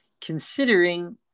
considering